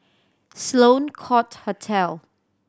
Sloane Court Hotel